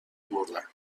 بردم